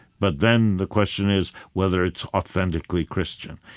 but then the question is whether it's authentically christian.